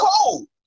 cold